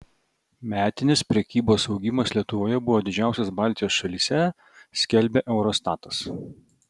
metinis prekybos augimas lietuvoje buvo didžiausias baltijos šalyse skelbia eurostatas